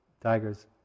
tigers